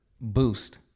Boost